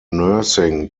nursing